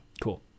cool